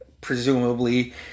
presumably